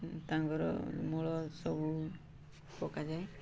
ତାଙ୍କର ମୂଳ ସବୁ ପକାଯାଏ